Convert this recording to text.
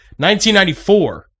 1994